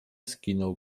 skinął